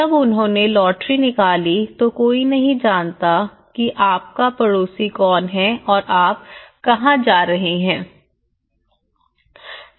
जब उन्होंने लॉटरी निकाली तो कोई नहीं जानता कि आपका पड़ोसी कौन है और आप कहाँ जा रहे हैं